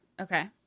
Okay